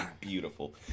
beautiful